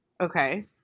Okay